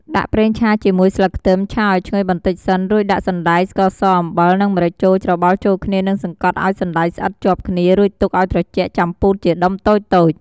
ដាក់ប្រេងឆាជាមួយស្លឹកខ្ទឹមឆាឱ្យឈ្ងុយបន្តិចសិន រួចដាក់សណ្តែក ស្ករស អំបិល និងម្រេចចូលច្របល់ចូលគ្នានិងសង្កត់ឱ្យសណ្តែកស្អិតជាប់គ្នា រួចទុកឱ្យត្រជាក់ចាំពូតជាដុំតូចៗ។